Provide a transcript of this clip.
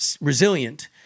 resilient